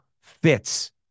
fits